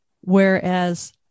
whereas